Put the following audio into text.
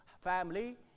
family